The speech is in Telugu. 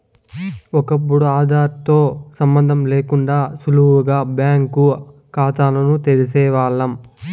ఒకప్పుడు ఆదార్ తో సంబందం లేకుండా సులువుగా బ్యాంకు కాతాల్ని తెరిసేవాల్లం